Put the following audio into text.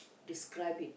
describe it